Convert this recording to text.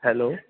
hello